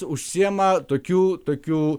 užsiėma tokių tokių